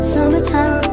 Summertime